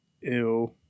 Ew